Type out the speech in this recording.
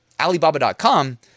Alibaba.com